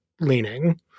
leaning